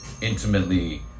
intimately